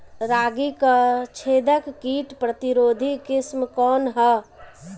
रागी क छेदक किट प्रतिरोधी किस्म कौन ह?